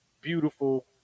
Beautiful